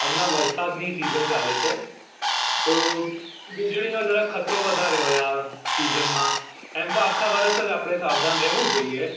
હમણાં વરસાદની સીઝન ચાલે છે તો વીજળીનો જરાક ખતરો વધારે હોય આ સીઝનમાં એમ તો આખા વર્ષ જ આપણે સાવધાન રહેવું જોઈએ